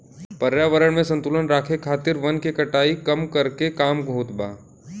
पर्यावरण में संतुलन राखे खातिर वन के कटाई कम करके काम होत बा